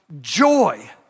joy